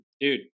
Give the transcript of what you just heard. Dude